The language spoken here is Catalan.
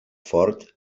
fort